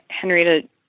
Henrietta